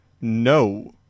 No